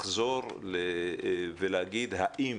לחזור ולהגיד האם